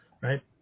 right